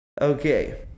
Okay